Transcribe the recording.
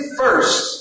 first